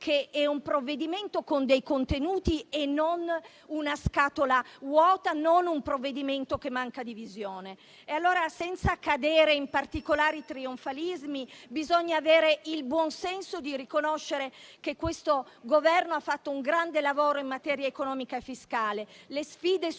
è un provvedimento con dei contenuti e non una scatola vuota, non un provvedimento che manca di visione. Senza cadere in particolari trionfalismi, bisogna avere il buonsenso di riconoscere che questo Governo ha fatto un grande lavoro in materia economica e fiscale. Le sfide sono